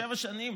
שבע שנים,